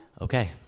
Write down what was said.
Okay